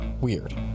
weird